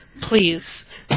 Please